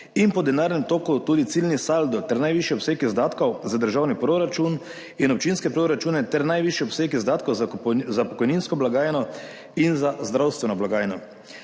in po denarnem toku tudi ciljni saldo ter najvišji obseg izdatkov za državni proračun in občinske proračune ter najvišji obseg izdatkov za pokojninsko blagajno in za zdravstveno blagajno.